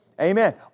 Amen